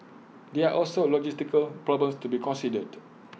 there are also logistical problems to be considered